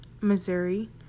Missouri